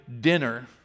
dinner